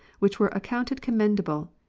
which were accounted commendable,